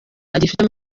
agifite